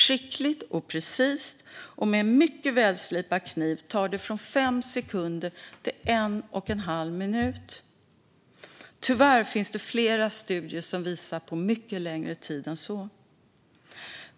Skickligt och precist och med en mycket välslipad kniv tar det från 5 sekunder till en och en halv minut. Tyvärr finns det flera studier som visar på mycket längre tid än så.